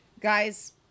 Guys